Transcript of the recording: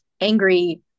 angry